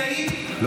כמו, תודה רבה.